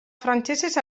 frantsesez